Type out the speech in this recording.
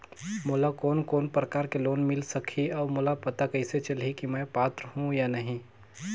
मोला कोन कोन प्रकार के लोन मिल सकही और मोला पता कइसे चलही की मैं पात्र हों या नहीं?